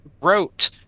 wrote